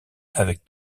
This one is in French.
avec